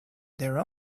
their